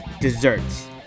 desserts